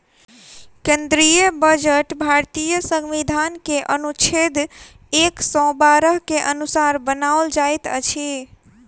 केंद्रीय बजट भारतीय संविधान के अनुच्छेद एक सौ बारह के अनुसार बनाओल जाइत अछि